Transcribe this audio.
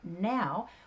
now